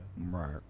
Right